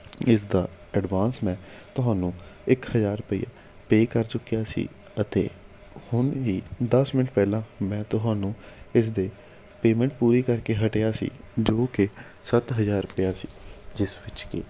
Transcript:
ਇਸ ਦਾ ਐਡਵਾਂਸ ਮੈਂ ਤੁਹਾਨੂੰ ਇੱਕ ਹਜ਼ਾਰ ਰੁਪਏ ਪੇ ਕਰ ਚੁੱਕਿਆ ਸੀ ਅਤੇ ਹੁਣ ਵੀ ਦਸ ਮਿੰਟ ਪਹਿਲਾਂ ਮੈਂ ਤੁਹਾਨੂੰ ਇਸ ਦੇ ਪੇਮੈਂਟ ਪੂਰੀ ਕਰਕੇ ਹਟਿਆ ਸੀ ਜੋ ਕਿ ਸੱਤ ਹਜ਼ਾਰ ਰੁਪਇਆ ਸੀ ਜਿਸ ਵਿੱਚ ਕਿ